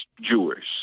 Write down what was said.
Jewish